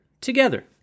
together